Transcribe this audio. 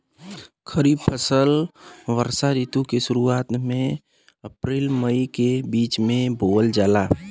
खरीफ फसल वषोॅ ऋतु के शुरुआत, अपृल मई के बीच में बोवल जाला